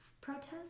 protests